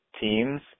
teams